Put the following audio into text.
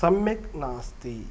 सम्यक् नास्ति